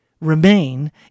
remain